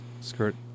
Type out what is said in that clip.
skirt